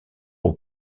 aux